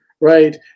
right